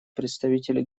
представителю